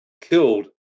killed